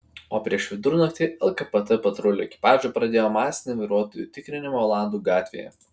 o prieš vidurnaktį lkpt patrulių ekipažai pradėjo masinį vairuotojų tikrinimą olandų gatvėje